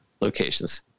locations